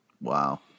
Wow